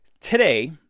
Today